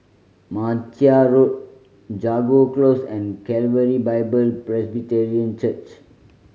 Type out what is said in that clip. Martia Road Jago Close and Calvary Bible Presbyterian Church